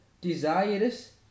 desirous